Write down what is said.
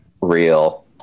real